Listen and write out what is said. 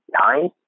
nine